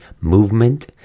movement